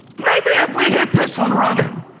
maybe if we hit this one running.